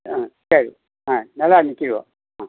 ஆ சரி ஆ நல்லா நிற்கிதுவோ ஆ